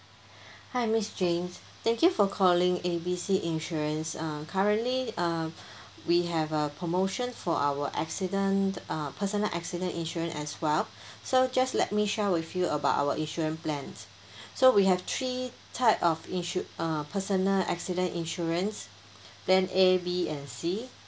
hi miss jane thank you for calling A B C insurance uh currently uh we have a promotion for our accident uh personal accident insurance as well so just let me share with you about our insurance plans so we have three type of insur~ uh personal accident insurance then A B and C